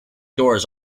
doors